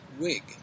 wig